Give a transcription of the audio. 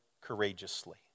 courageously